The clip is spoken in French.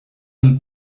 une